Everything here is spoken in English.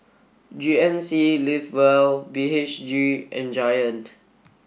G N C live well B H G and Giant